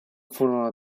furono